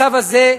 הצו הזה,